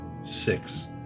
Six